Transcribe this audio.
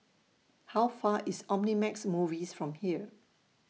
How Far IS Omnimax Movies from here